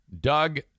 Doug